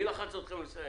מי לחץ אתכם לסיים?